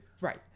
Right